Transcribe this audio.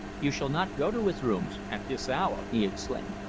you shall not go to his rooms at this hour! he exclaimed.